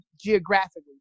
geographically